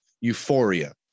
euphoria